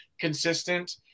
consistent